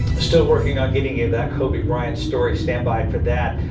still working on getting you that kobe bryant story stand by for that.